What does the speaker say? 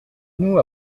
nous